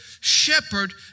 shepherd